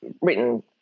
written